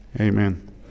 Amen